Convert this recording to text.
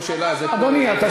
לאחר שעברנו עליו.